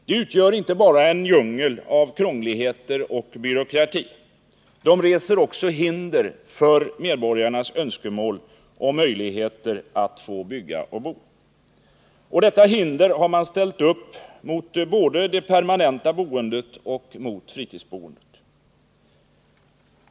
De utgör inte bara en djungel av krångligheter och byråkrati, de reser också hinder för medborgarnas önskemål och möjligheter att få bygga och bo. Och detta hinder har man ställt upp mot både det permanenta boendet och fritidsboendet.